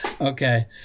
Okay